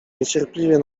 niecierpliwie